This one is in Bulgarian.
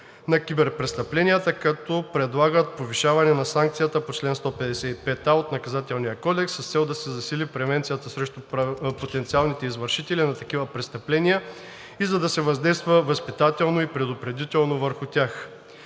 на киберпрестъпленията, като предлагат повишаване на санкциите на чл. 155а от Наказателния кодекс, с цел да се засили превенцията срещу потенциалните извършители на такива престъпления и за да се въздейства възпитателно и предупредително върху тях.